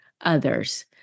others